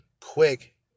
quick